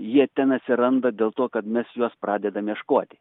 jie ten atsiranda dėl to kad mes juos pradedam ieškoti